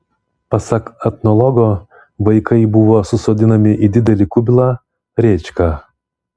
pasak etnologo vaikai buvo susodinami į didelį kubilą rėčką